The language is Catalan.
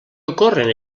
ocorren